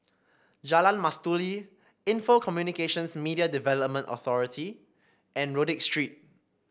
Jalan Mastuli Info Communications Media Development Authority and Rodyk Street